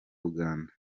uganda